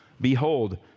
Behold